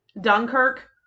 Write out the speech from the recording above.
Dunkirk